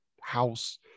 house